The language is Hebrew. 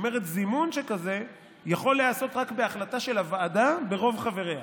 היא אומרת: זימון שכזה יכול להיעשות רק בהחלטה של הוועדה ברוב חבריה.